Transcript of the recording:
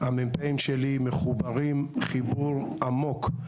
המ"פ שלי מחוברים חיבור עמוק.